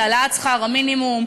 להעלאת שכר המינימום.